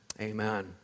Amen